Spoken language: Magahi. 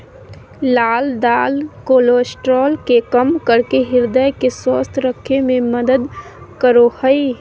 लाल दाल कोलेस्ट्रॉल के कम करके हृदय के स्वस्थ रखे में मदद करो हइ